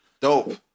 Dope